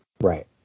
Right